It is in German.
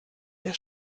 der